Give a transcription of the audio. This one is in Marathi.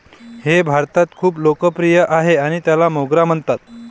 हे भारतात खूप लोकप्रिय आहे आणि त्याला मोगरा म्हणतात